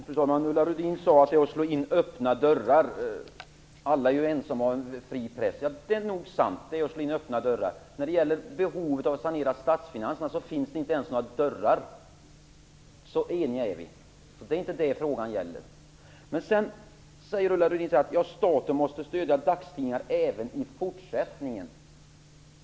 Fru talman! Ulla Rudin talade om att slå in öppna dörrar. Alla är ju ense om vad en fri press är. Det är nog sant att det är att slå in öppna dörrar. När det gäller behovet av att sanera statsfinanserna är vi så eniga att det inte ens finns några dörrar, så det är inte det frågan gäller. Men sedan säger Ulla Rudin att staten måste stödja dagstidningarna även i fortsättningen.